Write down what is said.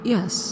Yes